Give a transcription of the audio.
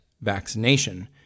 vaccination